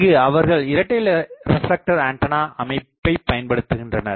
இங்கு அவர்கள் இரட்டை ரெப்லெக்டர் ஆண்டனா அமைப்பை பயன்படுத்துகின்றனர்